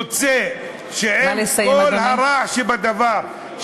יוצא שעם כל הרע שבדבר,